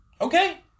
Okay